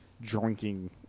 drinking